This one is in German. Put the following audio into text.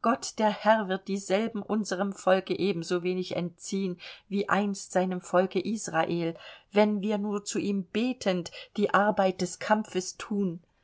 gott der herr wird dieselben unserem volke ebensowenig entziehen wie einst seinem volke israel wenn wir nur zu ihm betend die arbeit des kampfes thun